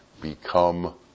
become